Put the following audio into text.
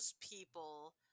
people